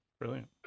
Brilliant